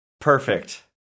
Perfect